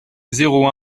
zéro